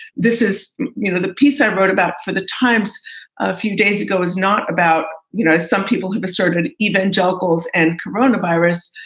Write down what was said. this is you know the piece i wrote about for the times a few days ago is not about, you know, some people who've asserted evangelicals and corona virus.